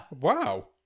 Wow